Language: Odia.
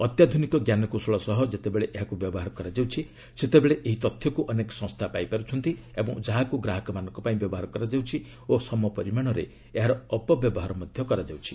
ଅତ୍ୟାଧୁନିକ ଜ୍ଞାନକୌଶଳ ସହ ଯେତେବେଳେ ଏହାକୁ ବ୍ୟବହାର କରାଯାଉଛି ସେତେବେଳେ ଏହି ତଥ୍ୟକୁ ଅନେକ ସଂସ୍ଥା ପାଇପାରୁଛନ୍ତି ଯାହାକୁ ଗ୍ରାହକମାନଙ୍କ ପାଇଁ ବ୍ୟବହାର କରାଯାଉଛି ଓ ସମପରିମାଣରେ ଏହାର ଅପବ୍ୟବହାର ମଧ୍ୟ ହେଉଛି